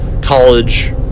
college